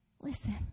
Listen